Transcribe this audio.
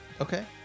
Okay